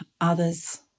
others